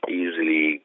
easily